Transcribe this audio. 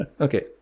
Okay